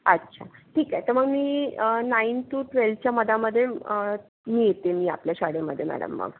अच्छा ठिकए त मंग मी अं नाईन टू ट्वेल्वच्या मधामधे अं मी येते मी आपल्या शाडेमधे मॅडम मग